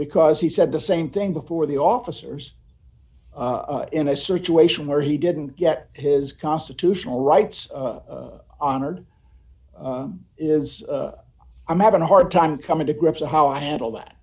because he said the same thing before the officers in a situation where he didn't get his constitutional rights honored is i'm having a hard time coming to grips with how i handle that